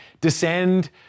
descend